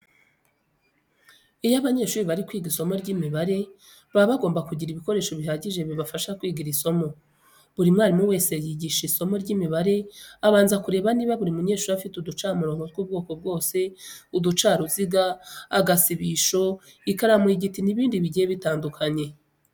Iyo abanyeshuri bari kwiga isomo ry'imibare baba bagomba kugira ibikoresho bihagije bibafasha kwiga iri somo. Buri mwarimu wese wigisha isomo ry'imibare abanza kureba niba buri munyeshuri afite uducamurongo tw'ubwoko bwose, uducaruziga, agasibisho, ikaramu y'igiti n'ibindi bigiye bitandukanye.